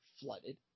flooded